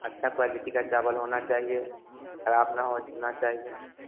अच्छी क्वालिटी का चावल होना चाहिए खराब ना हो होना चाहिए